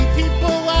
people